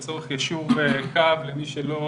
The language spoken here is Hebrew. לצורך יישור קו למי שלא